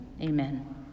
amen